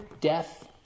death